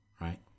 right